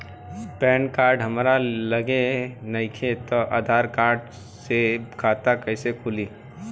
Pan card हमरा लगे नईखे त आधार कार्ड से खाता कैसे खुली?